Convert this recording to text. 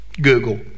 Google